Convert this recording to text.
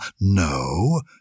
No